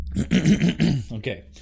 okay